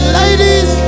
ladies